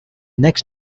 next